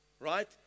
right